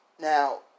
now